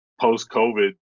post-COVID